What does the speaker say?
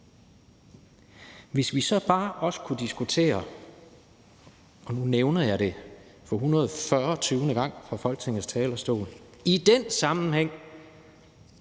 den sammenhæng også kunne diskutere – og nu nævner jeg det for 140. gang fra Folketingets talerstol – kommunernes